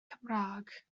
cymraeg